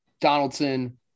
Donaldson